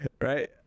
Right